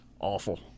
Awful